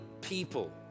people